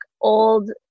old